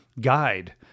guide